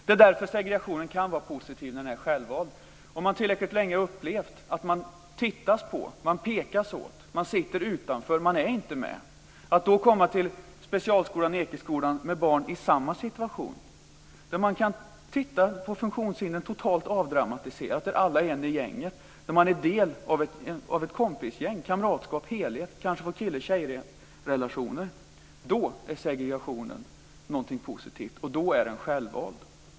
Det är därför segregationen kan vara positiv när den är självvald. Om man tillräckligt länge har upplevt att man tittas på, man pekas åt, man sitter utanför och man är inte med; att då komma till specialskolan Ekeskolan med barn i samma situation där man kan titta på funktionshindren totalt avdramatiserat, där alla är en i gänget, där man är del av ett kompisgäng med kamratskap och helhet och kanske t.o.m. kan få kille-tjej-relationer, då är segregationen någonting positivt, och då är den självvald.